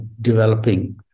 developing